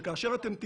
או